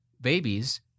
babies